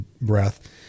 breath